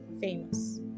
famous